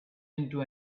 into